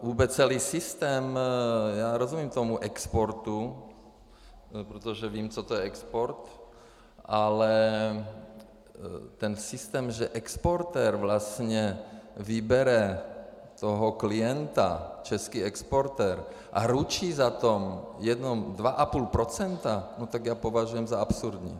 Vůbec celý systém já rozumím tomu exportu, protože vím, co to je export, ale ten systém, že exportér vlastně vybere toho klienta, český exportér, a ručí za to jenom 2,5 %, to já považuji za absurdní.